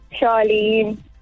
Charlene